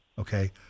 okay